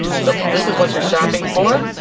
so this is what you're shopping for.